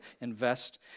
invest